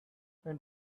and